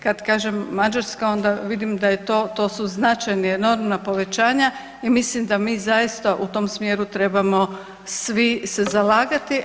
Kada kažem Mađarska onda vidim da je to, to su značajna i enormna povećanja i mislim da zaista u tom smjeru trebamo svi se zalagati.